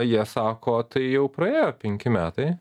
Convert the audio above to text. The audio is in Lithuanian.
jie sako tai jau praėjo penki metai